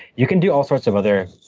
you can do all sorts of other